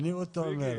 אני או תומר,